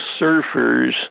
surfers